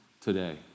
today